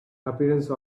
appearance